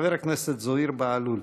חבר הכנסת זוהיר בהלול.